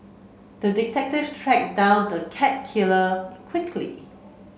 the detective tracked down the cat killer quickly